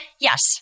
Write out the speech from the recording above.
yes